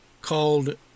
called